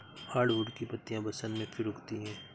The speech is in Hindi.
हार्डवुड की पत्तियां बसन्त में फिर उगती हैं